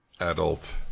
adult